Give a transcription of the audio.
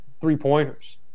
three-pointers